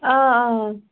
آ آ